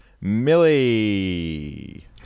Millie